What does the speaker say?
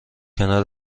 کنار